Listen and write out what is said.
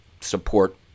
support